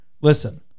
Listen